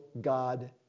God